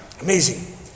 Amazing